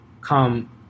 come